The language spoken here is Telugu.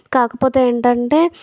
కాకపోతే ఏంటంటే